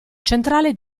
centrale